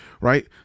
Right